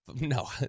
no